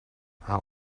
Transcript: how